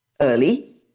early